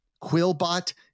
Quillbot